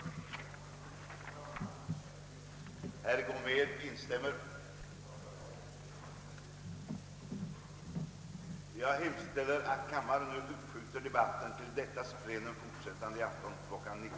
Som tiden nu var långt framskriden och många talare anmält sig för yttrandes avgivande, beslöt kammaren på förslag av herr talmannen att uppskjuta den fortsatta överläggningen till kl. 19.30, då enligt utfärdat anslag detta plenum komme att fortsättas.